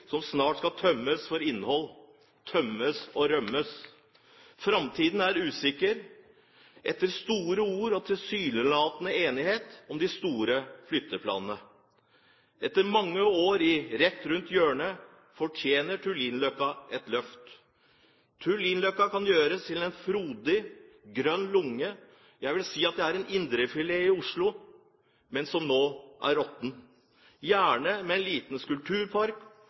som snart skal tømmes for innhold – tømmes og rømmes. Framtiden er usikker etter store ord og tilsynelatende enighet om de store flytteplanene. Etter mange år – rett rundt hjørnet – fortjener Tullinløkka et løft. Tullinløkka kan gjøres til en frodig, grønn lunge – jeg vil si at det er en indrefilet i Oslo, men som nå er råtten – gjerne med en liten